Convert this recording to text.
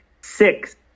six